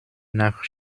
nach